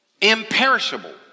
Imperishable